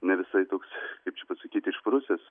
ne visai toks kaip čia pasakyti išprusęs